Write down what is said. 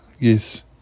yes